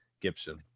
Gibson